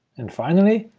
and finally,